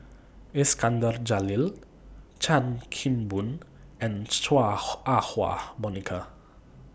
Iskandar Jalil Chan Kim Boon and Chua Ah Huwa Monica